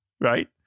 Right